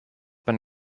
been